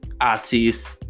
artists